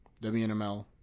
WNML